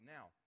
Now